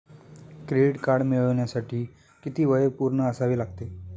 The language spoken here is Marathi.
क्रेडिट कार्ड मिळवण्यासाठी किती वय पूर्ण असावे लागते?